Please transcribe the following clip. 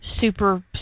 super